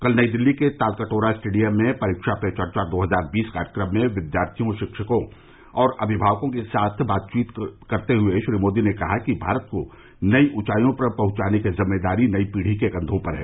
कल नई दिल्ली के तालकटोरा स्टेडियम में परीक्षा पे चर्चा दो हजार बीस कार्यक्रम में विद्यार्थियों शिक्षकों और अभिभावकों के साथ बातचीत करते हुए श्री मोदी ने कहा कि भारत को नई ऊंचाइयों पर पहुंचाने की जिम्मेदारी नई पीढ़ी के कंघों पर है